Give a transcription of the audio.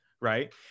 Right